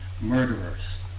Murderers